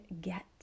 get